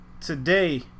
Today